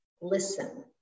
listen